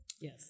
Yes